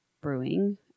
brewing